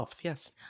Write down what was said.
yes